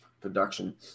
production